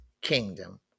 kingdom